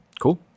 Cool